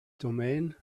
domain